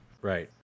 Right